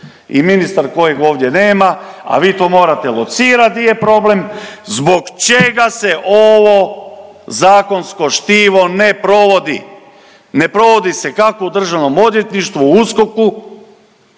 i ministar kojeg ovdje nema, a vi to morate locirat di je problem zbog čega se ovo zakonsko štivo ne provodi. Ne provodi se kako u DORH-u u USKOK-u